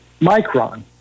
micron